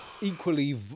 equally